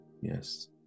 yes